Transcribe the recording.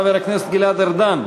חבר הכנסת גלעד ארדן,